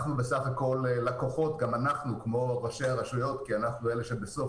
אנחנו לקוחות כמו ראשי הרשויות כי אנחנו בסוף